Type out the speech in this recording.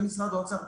ומשרד האוצר,